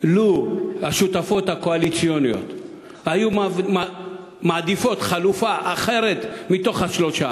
לו השותפות הקואליציוניות היו מעדיפות חלופה אחרת מתוך השלוש,